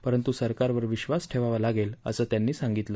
पंरतु सरकारवर विश्वास ठेवावा लागेल असं त्यांनी सांगितलं